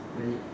is it